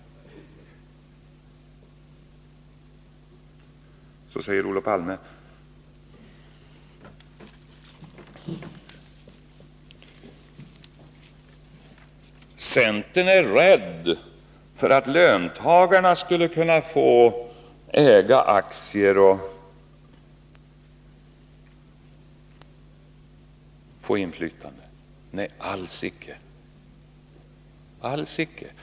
Vidare säger Olof Palme att centern är rädd för att löntagarna skulle få äga aktier och få inflytande. Nej, alls icke!